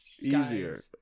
easier